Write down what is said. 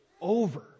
over